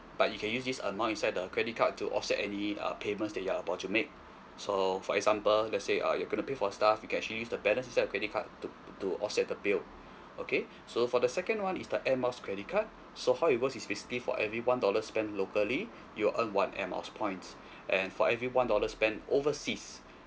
but you can use this amount inside the credit card to offset any uh payments you are about to make so for example let's say uh you gonna pay for stuff you can actually use the balance inside your credit card to to offset the bill okay so for the second one is the air miles credit card so how it works is basically for every one dollar spent locally you'll earn one air miles points and for every one dollar spent overseas